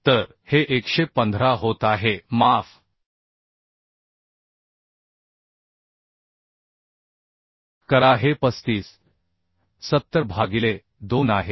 तर हे 115 होत आहे माफ करा हे 35 70 भागिले 2 आहे